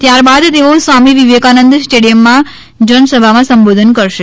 ત્યારબાદ તેઓ સ્વામિ વિવેકાનંદ સ્ટેડિયમમાં જનસભામાં સંબોધન કરશે